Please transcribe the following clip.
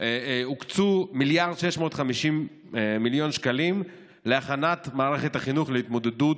הוקצו מיליארד ו-650 מיליון שקלים להכנת מערכת החינוך להתמודדות